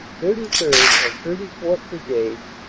thirty third. and thirty fourth. brigades,